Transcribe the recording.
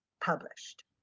published